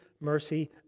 mercy